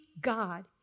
God